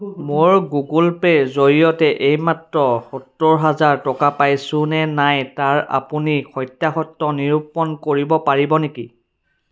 মোৰ Google pay ৰ জৰিয়তে এইমাত্ৰ সত্তৰ হাজাৰ টকা পাইছো নে নাই তাৰ আপুনি সত্যাসত্য নিৰূপণ কৰিব পাৰিব নেকি